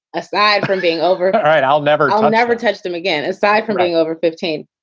aside from being over. all right. i'll never, ah never touch them again. aside from going over fifteen.